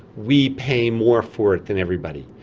we pay more for it than everybody.